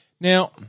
Now